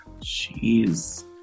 Jeez